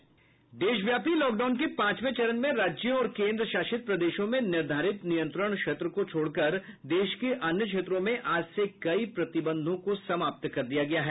देशव्यापी लॉकडाउन के पांचवे चरण में राज्यों और केन्द्रशासित प्रदेशों में निर्धारित नियंत्रण क्षेत्र को छोड़कर देश के अन्य क्षेत्रों में आज से कई प्रतिबंधों को समाप्त कर दिया गया है